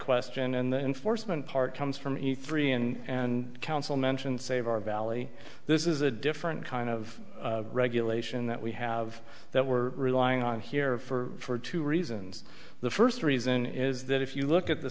question and the enforcement part comes from ethiopian and council mentioned save our valley this is a different kind of regulation that we have that we're relying on here for two reasons the first reason is that if you look at the